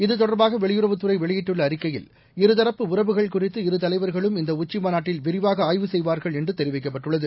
இதுதொடர்பாக வெளியுறவுத்துறை வெளியிட்டுள்ள அறிக்கையில் இருதரப்பு உறவுகள் குறித்து இருதலைவர்களும் இந்த உச்சிமாநாட்டில் விரிவாக ஆய்வு செய்வார்கள் என்று தெரிவிக்கப்பட்டுள்ளது